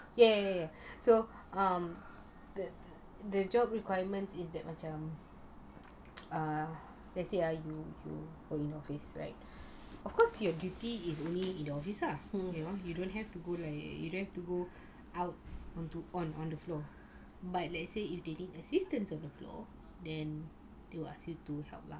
yes yes yes so um the job requirements it macam let's say err you you of course your duty is only in the office lah you know you know you don't have to go like you don't have to go out onto on on the floor but let's say if they need assistance on the floor then they will ask you to help lah